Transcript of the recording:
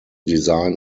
design